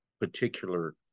particular